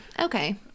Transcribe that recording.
Okay